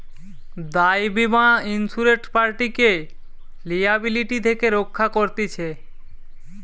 দায় বীমা ইন্সুরেড পার্টিকে লিয়াবিলিটি থেকে রক্ষা করতিছে